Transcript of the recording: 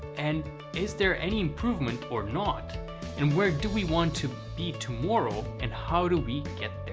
and is there any improvement or not and where do we want to be tomorrow, and how do we get